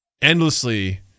endlessly